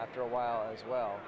after a while as well